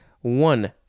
one